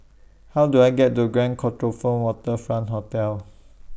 How Do I get to Grand Copthorne Waterfront Hotel